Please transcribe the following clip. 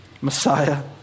Messiah